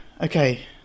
Okay